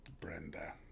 Brenda